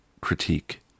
critique